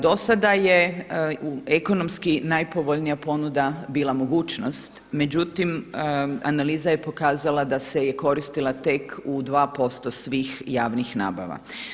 Dosada je u ekonomski najvoljnija ponuda bila mogućnost, međutim analiza je pokazala da se je koristila tek u 2% svih javnih nabava.